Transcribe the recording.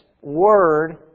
Word